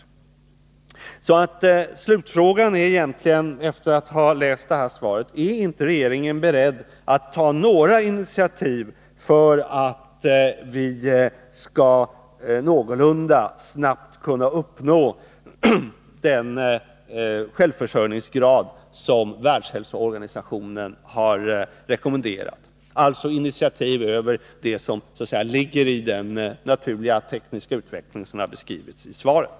ES 25 november 1982 Efter det att man läst svaret blir slutfrågan: Är inte regeringen beredd att ta initiativ för att vi någorlunda snabbt skall uppnå den självförsörjningsgrad Om en landsom som Världshälsoorganisationen har rekommenderat, alltså initiativ som fattande blodgivar sträcker sig längre än det som kan bli resultatet av den naturliga tekniska kampanj utveckling som det har redogjorts för i svaret?